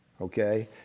okay